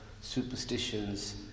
superstitions